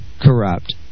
corrupt